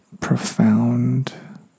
profound